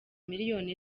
miliyoni